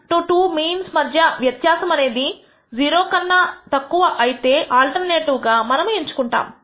1 2 means మధ్య వ్యత్యాసం అనేది 0 కన్నా తక్కువ అయితే ఆల్టర్నేటివ్ గా మనము ఎంచుకుంటాము